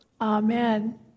Amen